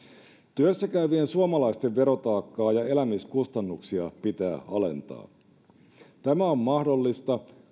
työssäkäyvien suomalaisten verotaakkaa ja elämiskustannuksia pitää alentaa tämä on mahdollista